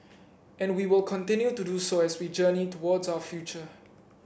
and we will continue to do so as we journey towards our future